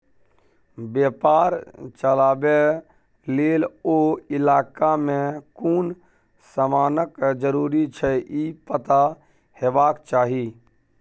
बेपार चलाबे लेल ओ इलाका में कुन समानक जरूरी छै ई पता हेबाक चाही